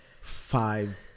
five